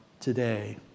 today